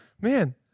man